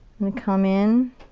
and come in